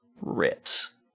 rips